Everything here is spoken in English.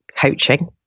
coaching